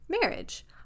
Marriage